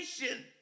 nation